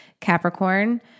Capricorn